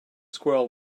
squirrel